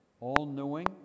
all-knowing